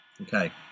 Okay